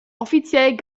offiziell